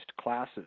classes